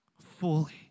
fully